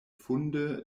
fundo